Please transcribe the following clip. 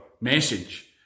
message